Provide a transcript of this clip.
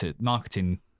marketing